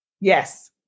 Yes